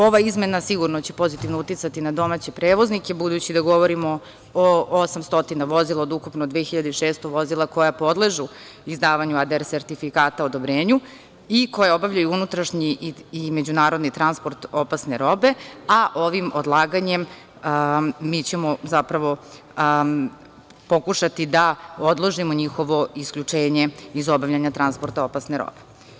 Ova izmena sigurno će pozitivno uticati na domaće prevoznike, budući da govorimo o 800 vozila od ukupno 2600 vozila koja podležu izdavanju ADR sertifikata o odobrenju i koja obavljaju unutrašnji i međunarodni transport opasne robe, a ovim odlaganjem mi ćemo zapravo pokušati da odložimo njihovo isključenje iz obavljanja transporta opasne robe.